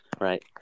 Right